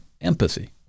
Empathy